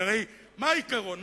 כי הרי מה העיקרון?